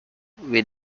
with